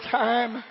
time